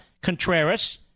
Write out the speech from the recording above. Contreras